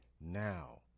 now